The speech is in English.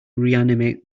reanimate